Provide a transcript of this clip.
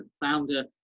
founder